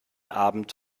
abend